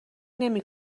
نمی